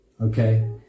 okay